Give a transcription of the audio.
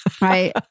Right